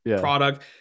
product